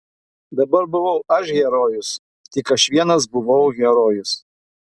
dabar buvau aš herojus tik aš vienas buvau herojus